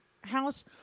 house